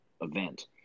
event